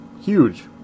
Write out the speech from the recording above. Huge